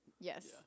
Yes